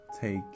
take